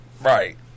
right